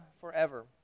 forever